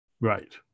Right